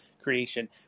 creation